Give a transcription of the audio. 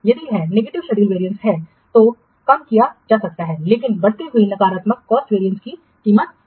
यदि यह negative schedule variance है तो कम किया जा सकता है लेकिन बढ़ती हुई नकारात्मक कॉस्ट वैरियेंस की कीमत पर